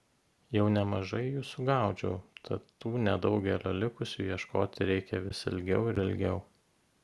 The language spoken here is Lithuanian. jau nemažai jų sugaudžiau tad tų nedaugelio likusių ieškoti reikia vis ilgiau ir ilgiau